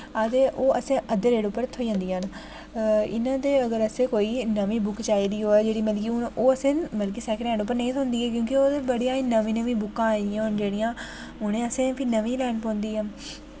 आखदे ओह् असें अद्धे रेट उप्पर थ्होई जंदियां न इ'यां ते वैसे कोई नमीं बुक चाहि्दी होऐ जेह्ड़ी मतलब कि हून उसें मतलब सैकिंड हैंड उप्पर नेईं थ्होंदी ऐ गी क्युंकि ओह् बड़ी नमीं नमीं बुकां आई दियां होन जेह्ड़ियां उनेंं असें फिर नमीं लैनी पौंदी